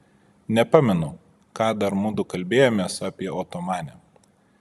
nepamenu ką dar mudu kalbėjomės apie otomanę